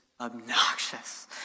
obnoxious